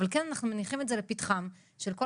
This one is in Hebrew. אבל כן אנחנו מניחים את זה לפתחם של כל